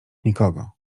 nikogo